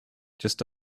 just